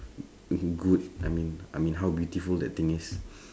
good I mean I mean how beautiful that thing is